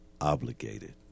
obligated